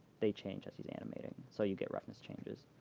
they change as he's animating, so you get reference changes.